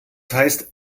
heißt